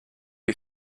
you